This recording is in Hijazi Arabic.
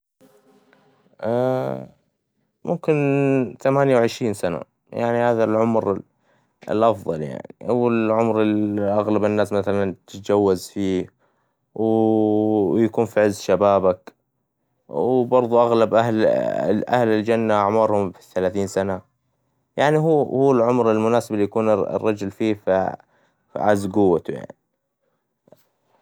ممكن ثمانية وعشرين سنة، يعني هذا العمر ال- الأفظل يعني، والعمر إللي أغلب الناس مثلاً تتجوز فيه، و يكون في عز شبابك، وبرظه أغلب أهل- ال- أهل الجنة أعمارهم في الثلاثين سنة، يعني هو- هو العمر المناسب يكون الرجل فيه في أعز قوته يع-.